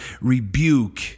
rebuke